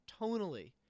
tonally